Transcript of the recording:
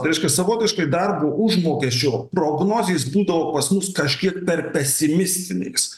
reiškia savotiškai darbo užmokesčio prognozės būdavo pas mus kažkiek per pesimistinės